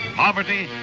poverty,